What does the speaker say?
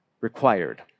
required